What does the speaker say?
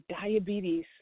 diabetes